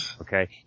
Okay